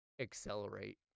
accelerate